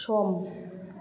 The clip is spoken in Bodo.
सम